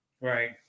Right